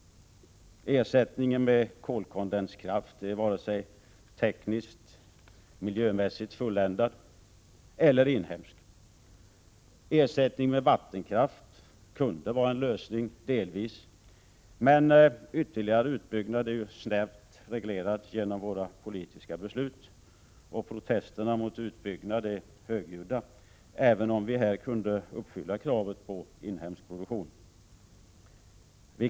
Kolkondenskraft är inte vare sig tekniskt och miljömässigt fulländad eller inhemsk. Vattenkraft kunde delvis vara en lösning, men ytterligare utbyggnad är ju snävt reglerad genom våra politiska beslut, och protesterna mot utbyggnad är högljudda. I det fallet kunde ju annars kravet på inhemsk produktion uppfyllas.